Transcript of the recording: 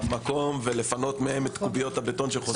מקום ולפנות מהם את קוביות הבטון שחוסמות.